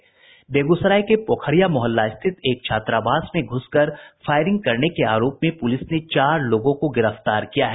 बेगूसराय के पोखरिया मोहल्ला स्थित एक छात्रावास में घुसकर फायरिंग करने के आरोप में पुलिस ने चार लोगों को गिरफ्तार किया है